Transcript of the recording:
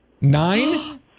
nine